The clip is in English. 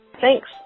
Thanks